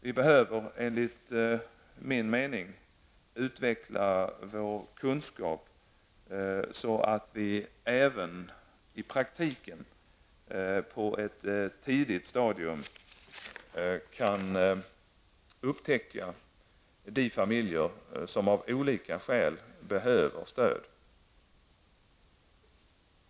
Vi behöver, enligt min mening, utveckla vår kunskap så att vi även i praktiken på ett tidigt stadium kan upptäcka de familjer som av olika skäl behöver stöd.